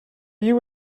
you